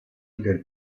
del